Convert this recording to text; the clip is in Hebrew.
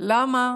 למה